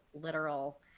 literal